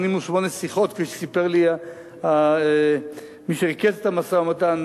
כפי שסיפר לי מי שהכיר את המשא-ומתן,